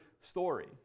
story